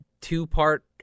two-part